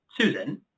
Susan